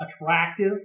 Attractive